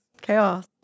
chaos